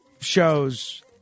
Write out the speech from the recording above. shows